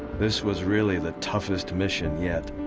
this was really the toughest mission yet.